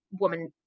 woman